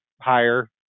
higher